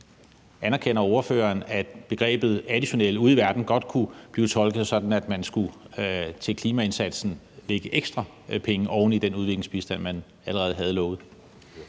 anerkender ordføreren så, at begrebet om det additionelle ude i verden godt kunne blive tolket sådan, at man til klimaindsatsen skulle lægge ekstra penge oven i den udviklingsbistand, man allerede havde lovet?